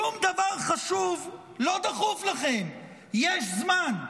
שום דבר חשוב, לא דחוף לכם, יש זמן.